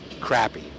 crappy